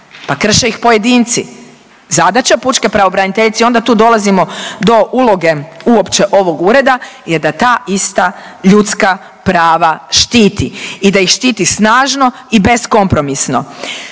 Pa krše ih pojedinci. Zadaća pučke pravobraniteljice je i onda tu dolazimo do uloge uopće ovog ureda, je da ta ista ljudska prava štiti i da ih štiti snažno i beskompromisno.